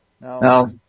Now